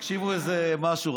תקשיבו איזה משהו,